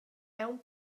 aunc